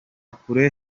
kure